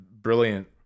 brilliant